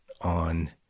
on